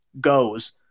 goes